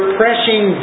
pressing